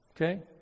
okay